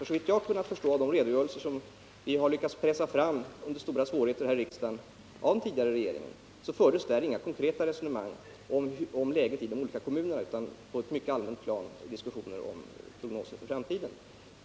Såvitt jag har kunnat förstå av de redogörelser som vi under stora svårigheter har lyckats pressa fram här i riksdagen förde den tidigare regeringen inga konkreta resonemang om läget i de olika kommunerna, utan det var på ett mycket allmänt plan man diskuterade prognoser för framtiden.